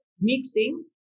mixing